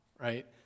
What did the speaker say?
right